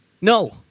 no